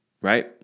right